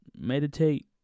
meditate